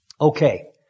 Okay